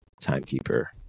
timekeeper